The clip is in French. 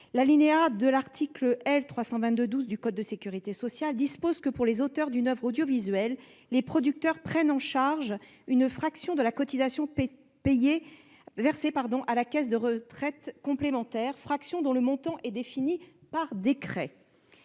la retraite. Le code de la sécurité sociale dispose que, pour les auteurs d'une oeuvre audiovisuelle, les producteurs prennent en charge une fraction de la cotisation versée à la caisse de retraite complémentaire, fraction dont le niveau est défini par décret.